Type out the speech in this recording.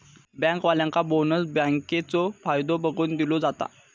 बँकेवाल्यांका बोनस बँकेचो फायदो बघून दिलो जाता